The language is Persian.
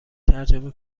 ترجمه